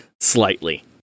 slightly